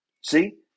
See